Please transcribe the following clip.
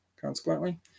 consequently